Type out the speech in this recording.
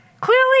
clearly